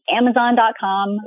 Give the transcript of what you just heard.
Amazon.com